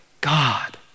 God